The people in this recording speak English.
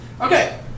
Okay